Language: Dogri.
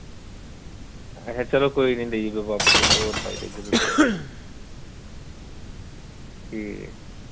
अच्छा कोई निं देई जायो बापस होर पाई देगे तुसें ई ठीक ऐ